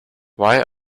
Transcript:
why